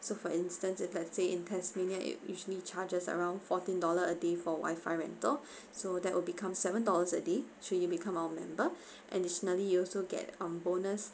so for instance if let's say in tasmania it usually charges around fourteen dollar a day for wifi rental so that would become seven dollars a day so you become our member additionally you also get um bonus